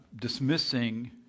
dismissing